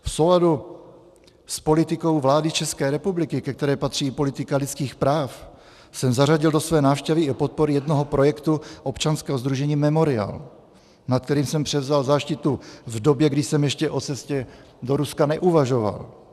V souladu s politikou vlády České republiky, ke které patří politika lidských práv, jsem zařadil do své návštěvy i podporu jednoho projektu občanského sdružení Memorial, nad kterým jsem převzal záštitu v době, kdy jsem ještě o cestě do Ruska neuvažoval.